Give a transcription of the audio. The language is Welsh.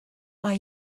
mae